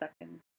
second